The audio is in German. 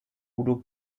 udo